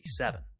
1987